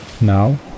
Now